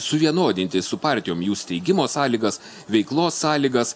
suvienodinti su partijom jų steigimo sąlygas veiklos sąlygas